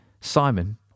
Simon